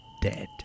dead